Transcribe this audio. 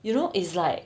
you know it's like